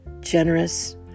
generous